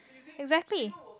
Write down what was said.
exactly